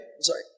sorry